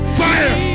fire